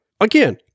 Again